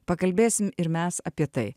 pakalbėsim ir mes apie tai